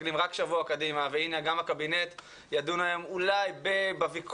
מסתכלים רק שבוע קדימה והנה גם הקבינט ידון היום אולי בוויכוח